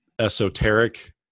esoteric